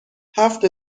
هفت